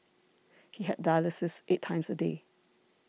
he had dialysis eight times a day